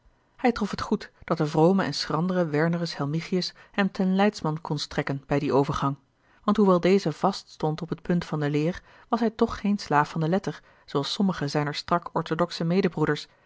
hij trof het goed dat de vrome en schrandere wernerus helmichius hem ten leidsman kon strekken bij dien overgang want hoewel deze vast stond op het punt van de leer was hij toch geen slaaf van de letter zooals sommige zijner strak orthodoxe medebroeders